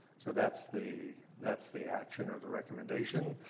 so that's the that's the action or the recommendation.